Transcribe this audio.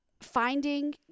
finding